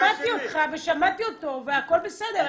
שמעתי אותך ושמעתי אותו והכול בסדר,